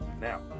Now